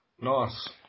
Nice